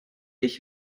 ich